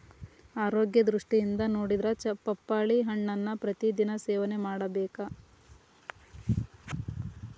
ಆರೋಗ್ಯ ದೃಷ್ಟಿಯಿಂದ ನೊಡಿದ್ರ ಪಪ್ಪಾಳಿ ಹಣ್ಣನ್ನಾ ಪ್ರತಿ ದಿನಾ ಸೇವನೆ ಮಾಡಬೇಕ